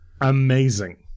Amazing